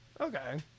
Okay